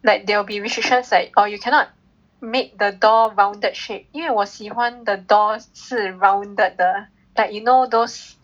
like there will be restrictions like oh you cannot make the door rounded shape 因为我喜欢 the doors 是 rounded 的 like you know those